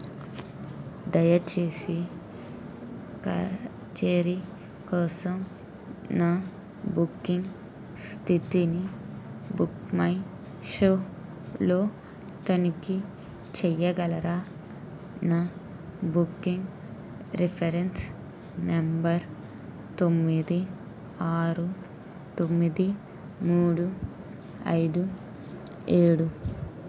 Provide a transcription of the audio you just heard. దయచేసి కచేరీ కోసం నా బుక్కింగ్ స్థితిని బుక్మైషోలో తనిఖీ చెయ్యగలరా నా బుక్కింగ్ రిఫరెన్స్ నంబర్ తొమ్మిది ఆరు తొమ్మిది మూడు ఐదు ఏడు